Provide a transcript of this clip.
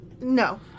no